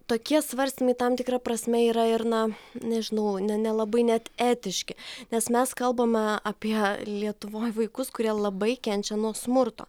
tokie svarstymai tam tikra prasme yra ir na nežinau ne nelabai net etiški nes mes kalbame apie lietuvoj vaikus kurie labai kenčia nuo smurto